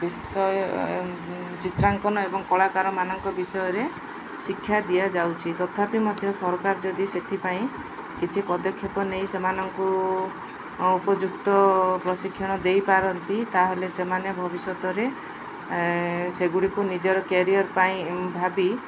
ବିଷୟ ଚିତ୍ରାଙ୍କନ ଏବଂ କଳାକାରମାନଙ୍କ ବିଷୟରେ ଶିକ୍ଷା ଦିଆଯାଉଛି ତଥାପି ମଧ୍ୟ ସରକାର ଯଦି ସେଥିପାଇଁ କିଛି ପଦକ୍ଷେପ ନେଇ ସେମାନଙ୍କୁ ଉପଯୁକ୍ତ ପ୍ରଶିକ୍ଷଣ ଦେଇପାରନ୍ତି ତାହେଲେ ସେମାନେ ଭବିଷ୍ୟତରେ ସେଗୁଡ଼ିକୁ ନିଜର କ୍ୟାରିଅର ପାଇଁ ଭାବି